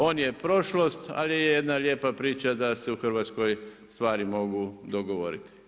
On je prošlost, ali je jedna lijepa priča da se u Hrvatskoj stvari mogu dogovoriti.